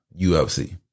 UFC